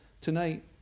tonight